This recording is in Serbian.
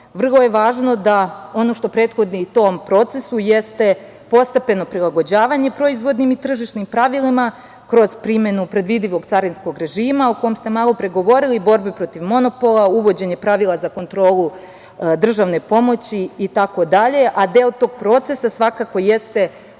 Vrlo je važno da ono što prethodi tom procesu jeste postepeno prilagođavanje proizvodnim i tržišnim pravilima kroz primenu predvidivog carinskog režima o kom ste malopre govorili, borbe protiv monopola, uvođenje pravila za kontrolu državne pomoći, itd. a deo tog procesa svakako jeste